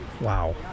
Wow